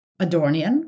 Adornian